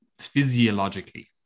physiologically